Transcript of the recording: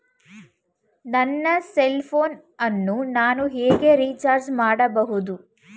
ನನ್ನ cell phone ಅನ್ನು ನಾನು ಹೇಗೆ ರಿಚಾರ್ಜ್ ಮಾಡಬಹುದು?